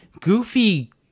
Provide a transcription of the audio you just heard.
goofy